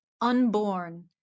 unborn